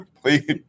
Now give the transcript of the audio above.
Please